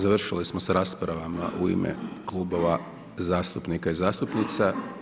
Završili smo s raspravama u ime klubova zastupnika i zastupnica.